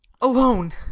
alone